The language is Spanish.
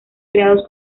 creados